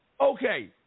Okay